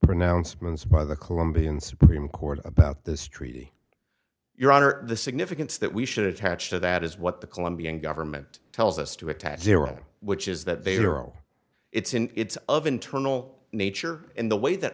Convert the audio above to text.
pronouncements by the colombian supreme court about this treaty your honor the significance that we should attach to that is what the colombian government tells us to attack iran which is that they are all it's in it's of internal nature in the way that